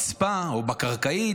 ברצפה או בקרקעית,